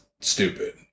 stupid